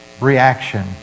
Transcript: reaction